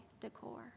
decor